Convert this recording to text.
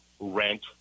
rent